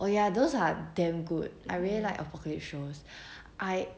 oh ya those are damm good I really like apocalypse shows I